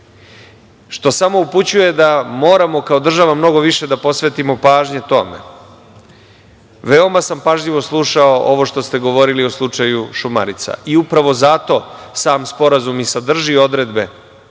što samo upućuje da moramo kao država mnogo više da posvetimo pažnje tome. Veoma sam pažljivo slušao ovo što ste govorili o slučaju „Šumarica“ i upravo zato sam sporazum sadrži odredbe